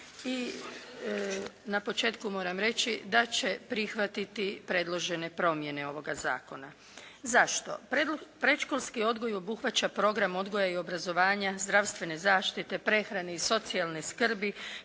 na početku moram reći da će prihvatiti predložene promjene ovoga Zakona. Zašto? Predškolski odgoj obuhvaća program odgoja i obrazovanja, zdravstvene zaštite, prehrane i socijalne skrbi